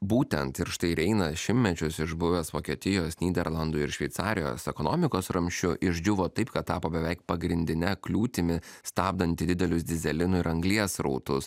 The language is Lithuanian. būtent ir štai ir eina šimtmečius išbuvęs vokietijos nyderlandų ir šveicarijos ekonomikos ramsčiu išdžiūvo taip kad tapo beveik pagrindine kliūtimi stabdanti didelius dyzelino ir anglies srautus